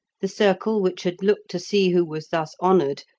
the circle which had looked to see who was thus honoured,